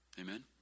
Amen